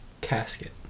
Casket